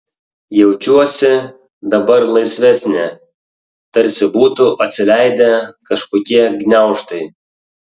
jaučiuosi dabar laisvesnė tarsi būtų atsileidę kažkokie gniaužtai